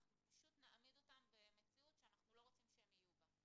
אנחנו פשוט נעמיד אותם במציאות שאנחנו לא רוצים שהם יהיו בה.